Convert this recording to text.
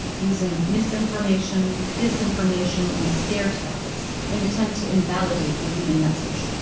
using misinformation, disinformation, and scare tactics in attempt to invalidate the vegan message.